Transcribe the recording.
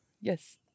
Yes